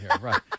right